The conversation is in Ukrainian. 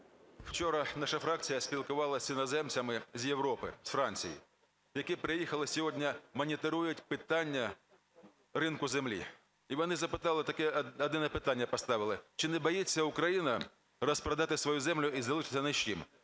Вчора наша фракція спілкувалася з іноземцями з Європи, з Франції, які приїхали сьогодні, моніторять питання ринку землі. І вони запитали, таке одне питання поставили – чи не боїться Україна розпродати свою землю і залишитися ні